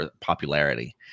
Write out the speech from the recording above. popularity